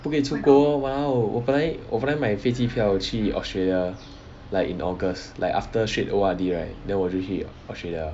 不可以出国 !walao! 我本来买飞机票去 australia like in august like after straight O_R_D right then 我就去 australia